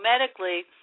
medically